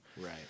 Right